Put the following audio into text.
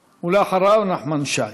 ואחריו, נחמן שי.